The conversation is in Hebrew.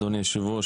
אדוני היושב-ראש,